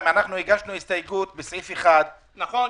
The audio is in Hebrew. בצלאל, נמחקה.